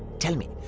tell me.